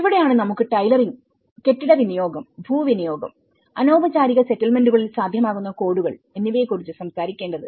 ഇവിടെയാണ് നമുക്ക് ടൈലറിംഗ് കെട്ടിടവിനിയോഗംഭൂവിനിയോഗം അനൌപചാരിക സെറ്റിൽമെന്റുകളിൽ സാധ്യമാകുന്ന കോഡുകൾ എന്നിവയെക്കുറിച്ച് സംസാരിക്കേണ്ടത്